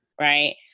right